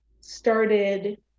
started